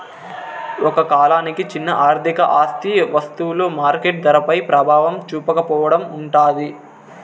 ఒక కాలానికి చిన్న ఆర్థిక ఆస్తి వస్తువులు మార్కెట్ ధరపై ప్రభావం చూపకపోవడం ఉంటాది